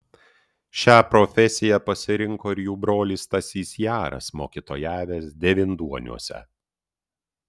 šią profesiją pasirinko ir jų brolis stasys jaras mokytojavęs devynduoniuose